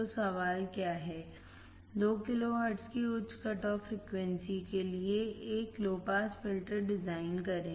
तो सवाल क्या है 2 किलोहर्ट्ज़ की उच्च कट ऑफ फ्रीक्वेंसी के लिए एक लो पास फ़िल्टर डिज़ाइन करें